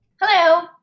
Hello